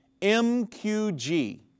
MQG